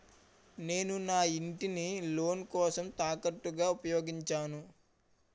నేను నా ఇంటిని లోన్ కోసం తాకట్టుగా ఉపయోగించాను